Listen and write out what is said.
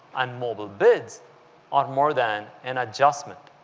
and mobile bids are more than an adjustment